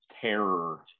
terror